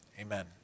Amen